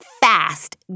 fast